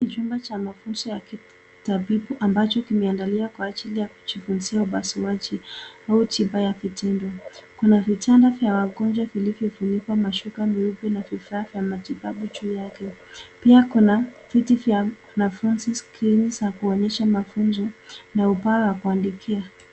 Hili ni chumba cha mafundisho la kitabibu ambacho kimeandaliwa kwa ajili ya kujifunzia upasuaji au tiba ya kitendo. Kuna vitanda vya wagonjwa vilivyofunikwa na shuka meupe na vifaa vya matibabu juu yake, pia kuna viti vya wanafunzi ,skrini za kuonyesha mafunzo na ubao wa kuandika.